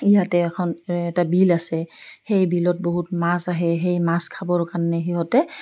ইয়াতে এখন এটা বিল আছে সেই বিলত বহুত মাছ আহে সেই মাছ খাবৰ কাৰণে সিহঁতে